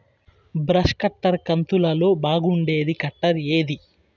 Brush cutter కంతులలో బాగుండేది cutter ఏది?